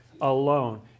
alone